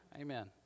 Amen